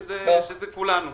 שזה כולנו.